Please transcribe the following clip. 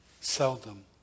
Seldom